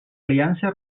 aliança